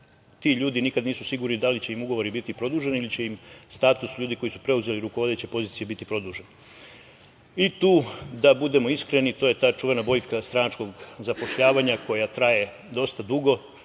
ti ljudi nikad nisu sigurni da li će im ugovori biti produženi ili će im status ljudi koji su preuzeli rukovodeće pozicije biti produžene. Da budemo iskreni to je ta čuvena boljka stranačkog zapošljavanja koja traje dosta dugo.